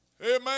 Amen